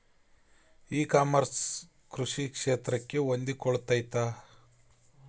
E commerce ಕೃಷಿ ಕ್ಷೇತ್ರಕ್ಕೆ ಹೊಂದಿಕೊಳ್ತೈತಾ?